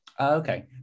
Okay